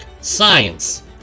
science